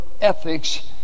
ethics